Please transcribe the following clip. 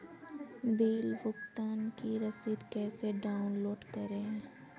Bill भुगतान की रसीद कैसे डाउनलोड करें?